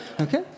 Okay